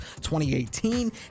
2018